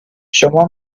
شما